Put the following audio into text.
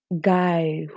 guy